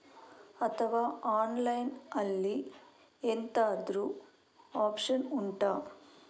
ಅಥವಾ ಆನ್ಲೈನ್ ಅಲ್ಲಿ ಎಂತಾದ್ರೂ ಒಪ್ಶನ್ ಉಂಟಾ